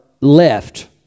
left